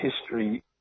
history